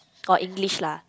or English lah